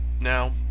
Now